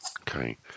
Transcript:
okay